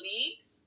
Leagues